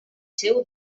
seu